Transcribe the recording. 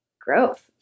growth